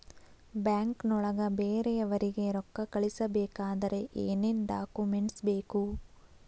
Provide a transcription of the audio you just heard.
ಬ್ಯಾಂಕ್ನೊಳಗ ಬೇರೆಯವರಿಗೆ ರೊಕ್ಕ ಕಳಿಸಬೇಕಾದರೆ ಏನೇನ್ ಡಾಕುಮೆಂಟ್ಸ್ ಬೇಕು?